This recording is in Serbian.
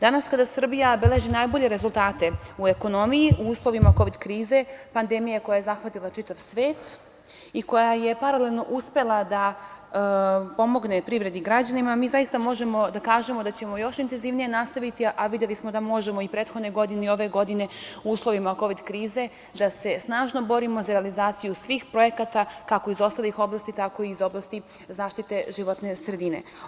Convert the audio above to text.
Danas kada Srbija beleži najbolje rezultate u ekonomiji, u uslovima kovid krize, pandemije koja je zahvatila čitav svet i koja je paralelno uspela da pomogne privredi i građanima, mi zaista možemo da kažemo da ćemo još intenzivnije nastaviti, a videli smo da možemo, i prethodne godine i ove godine, u uslovima kovid krize, da se snažno borimo za realizaciju svih projekata, kako iz ostalih oblasti, tako i iz oblasti zaštite životne sredine.